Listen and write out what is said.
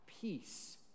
peace